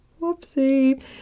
Whoopsie